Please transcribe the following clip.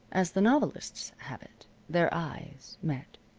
as the novelists have it, their eyes met.